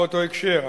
באותו הקשר: